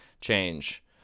change